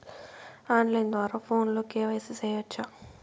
on line ద్వారా ఫోనులో KYC సేయొచ్చా